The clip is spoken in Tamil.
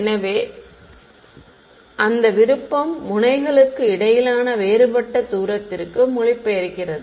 எனவே அந்த விருப்பம் முனைகளுக்கு இடையிலான வேறுபட்ட தூரத்திற்கு மொழிபெயர்க்கிறது